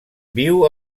viu